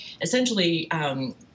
essentially